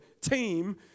team